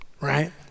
Right